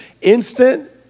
Instant